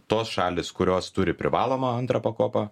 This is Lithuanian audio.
tos šalys kurios turi privalomą antrą pakopą